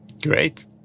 Great